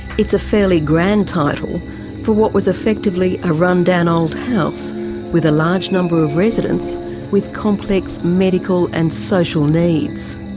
it's a fairly grand title for what was effectively a rundown old house with a large number of residents with complex medical and social needs.